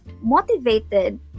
motivated